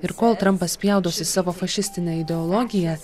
ir kol trampas spjaudosi savo fašistine ideologija